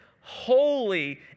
holy